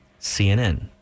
CNN